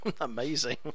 amazing